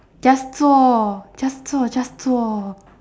just 做 just 做 just 做